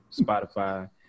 Spotify